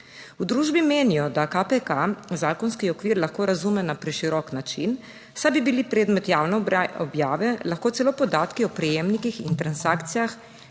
V družbi menijo, da KPK zakonski okvir lahko razume na preširok način, saj bi bili predmet javne objave lahko celo podatki o prejemnikih in transakcijah